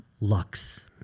lux